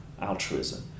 altruism